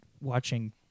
watching